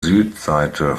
südseite